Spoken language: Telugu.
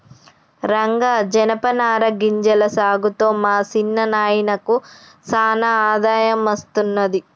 రంగా జనపనార గింజల సాగుతో మా సిన్న నాయినకు సానా ఆదాయం అస్తున్నది